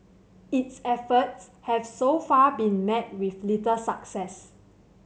its efforts have so far been met with little success